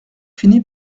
fini